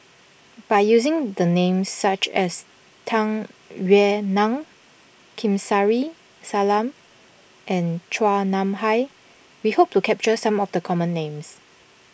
by using the names such as Tung Yue Nang Kamsari Salam and Chua Nam Hai we hope to capture some of the common names